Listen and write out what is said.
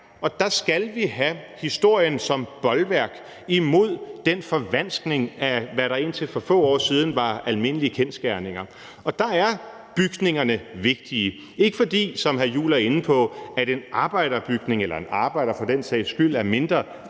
Og der skal vi have historien som bolværk imod den forvanskning af, hvad der indtil for få år siden var almindelige kendsgerninger. Der er bygningerne vigtige, ikke fordi, som hr. Christian Juhl var inde på, en arbejderbygning eller en arbejder for den sags skyld opfattes